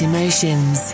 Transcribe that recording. Emotions